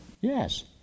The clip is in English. Yes